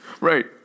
Right